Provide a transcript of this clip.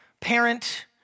parent